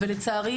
לצערי,